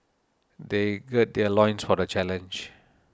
they gird their loins for the challenge